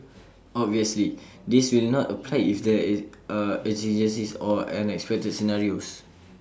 obviously this will not apply if there are exigencies or unexpected scenarios